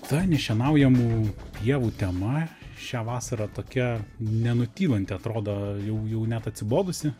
ta nešienaujamų pievų tema šią vasarą tokia nenutylanti atrodo jau jau net atsibodusi